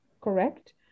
correct